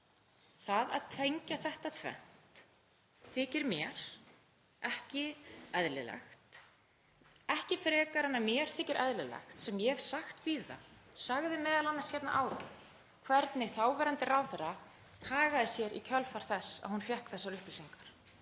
Það að tengja þetta tvennt þykir mér ekki eðlilegt, ekki frekar en mér þykir eðlilegt, sem ég hef sagt víða, sagði m.a. hérna áðan, hvernig þáverandi ráðherra hagaði sér í kjölfar þess að hún fékk þessar upplýsingar.